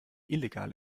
illegal